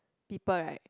people right